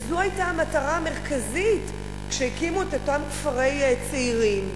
זו היתה המטרה המרכזית כשהקימו את אותם כפרי צעירים,